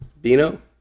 Dino